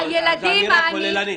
זו אמירה כוללנית.